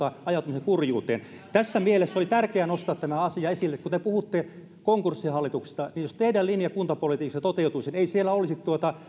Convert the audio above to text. ajautumista kurjuuteen tässä mielessä oli tärkeää nostaa tämä asia esille kun te puhutte konkurssihallituksesta niin jos teidän linjanne kuntapolitiikassa toteutuisi ei siellä olisi